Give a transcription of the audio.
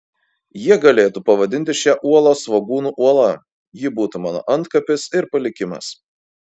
jie galėtų pavadinti šią uolą svogūnų uola ji būtų mano antkapis ir palikimas